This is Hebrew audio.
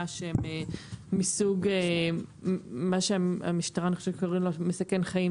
שהן מסוג מה שהמשטרה קוראת לו מסכן חיים,